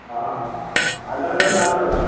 ആ അതവരോട് പറഞ്ഞേക്കാം